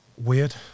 weird